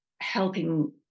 helping